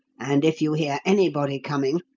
and if you hear anybody coming,